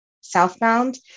southbound